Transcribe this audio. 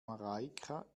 mareike